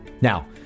Now